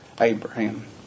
Abraham